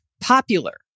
popular